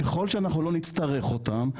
ככל שלא נצטרך אותם,